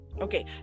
Okay